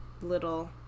little